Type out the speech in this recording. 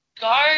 go